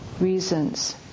reasons